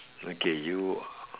okay you